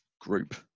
group